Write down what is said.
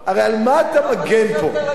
הרי על מה אתה מגן פה?